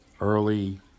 early